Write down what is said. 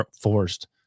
forced